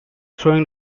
throwing